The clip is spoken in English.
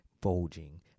bulging